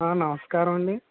నమస్కారమండీ